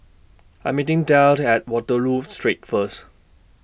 I Am meeting Delle At Waterloo Street First